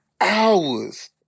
Hours